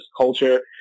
culture